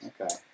Okay